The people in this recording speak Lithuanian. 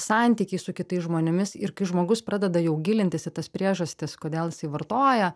santykiai su kitais žmonėmis ir kai žmogus pradeda jau gilintis į tas priežastis kodėl jisai vartoja